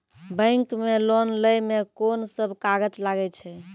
Bank मे loan लै मे कोन सब कागज लागै छै?